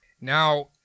Now